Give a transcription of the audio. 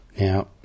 Now